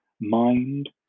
mind